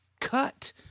cut